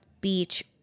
Beach